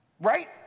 Right